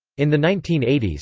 in the nineteen eighty s,